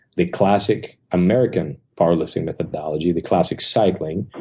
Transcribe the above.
the classic american power lifting methodology, the classic cycling,